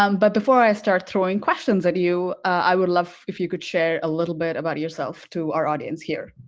um but before i start throwing questions at you, i would love if you could share a little bit about yourself to our audience here.